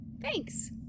Thanks